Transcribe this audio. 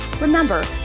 Remember